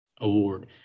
award